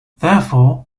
therefore